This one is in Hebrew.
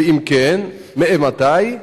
2. אם כן, מאימתי?